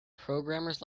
programmers